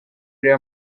urebe